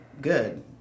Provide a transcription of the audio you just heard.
good